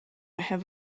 have